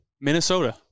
Minnesota